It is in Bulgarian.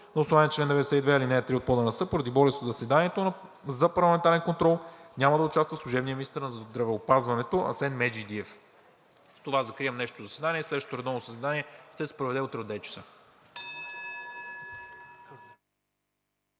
На основание чл. 92, ал. 3 от ПОДНС поради болест в заседанието за парламентарен контрол няма да участва служебният министър на здравеопазването Асен Меджидиев. С това закривам днешното заседание. Следващото редовно заседание ще се проведе утре от 9,00 ч.